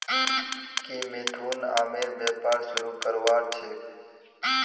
की मिथुन आमेर व्यापार शुरू करवार छेक